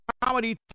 comedy